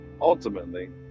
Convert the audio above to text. Ultimately